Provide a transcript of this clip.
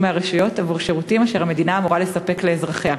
מהרשויות עבור שירותים אשר המדינה אמורה לספק לאזרחיה.